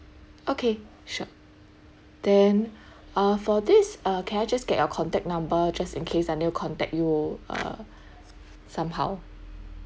okay sure then uh for this uh can I just get your contact number just in case I need to contact you uh somehow